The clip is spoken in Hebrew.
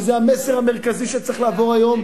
וזה המסר המרכזי שצריך לעבור היום,